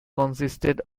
consisted